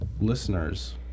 listeners